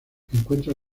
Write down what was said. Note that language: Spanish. encuentra